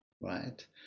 right